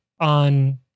on